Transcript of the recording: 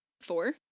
four